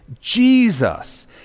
Jesus